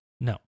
No